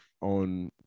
on